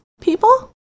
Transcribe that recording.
people